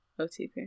OTP